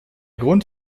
grund